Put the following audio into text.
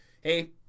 hey